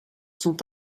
sont